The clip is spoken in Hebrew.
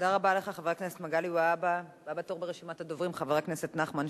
תודה רבה לך, חבר הכנסת מגלי והבה.